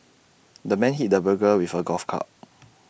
the man hit the burglar with A golf club